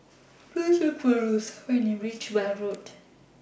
Please Look For Rosa when YOU REACH Weld Road